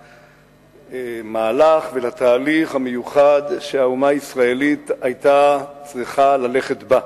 למהלך ולתהליך המיוחד שהאומה הישראלית היתה צריכה ללכת בהם.